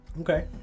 okay